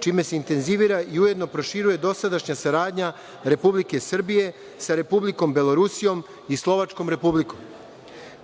čime se i intenzivira i ujedno proširuje dosadašnja saradnja Republike Srbije sa Republikom Belorusijom i Slovačkom Republikom.